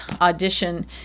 audition